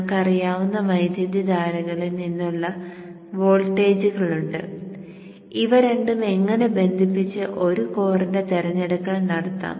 നമുക്ക് അറിയാവുന്ന വൈദ്യുതധാരകളിൽ നിന്നുള്ള വോൾട്ടേജുകൾ ഉണ്ട് ഇവ രണ്ടും എങ്ങനെ ബന്ധിപ്പിച്ച് ഒരു കോറിന്റെ തിരഞ്ഞെടുക്കൽ നടത്താം